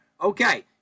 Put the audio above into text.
okay